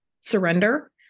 surrender